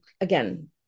again